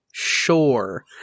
sure